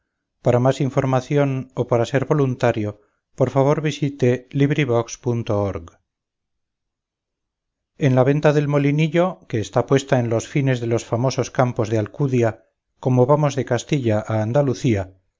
las dos doncellas rinconete y cortadillo rinconete y cortadillo de miguel de cervantes saavedra en la venta del molinillo que está puesta en los fines de los famosos campos de alcudia como vamos de castilla a la andalucía